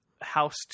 House